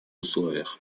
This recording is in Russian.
условиях